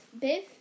Biff